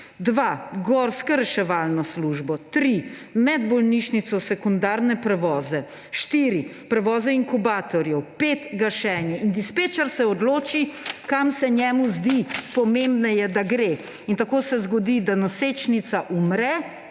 − gorsko reševalno službo, tri − medbolnišnične sekundarne prevoze, štiri − prevoze inkubatorjev, pet – gašenje. In dispečer se odloči, kam se njemu zdi pomembneje, da gre! In tako se zgodi, da nosečnica umre,